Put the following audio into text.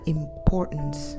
importance